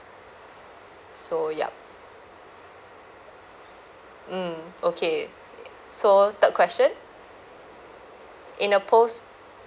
so yup mm okay so third question in a post